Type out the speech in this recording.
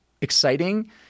exciting